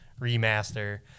remaster